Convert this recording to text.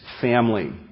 family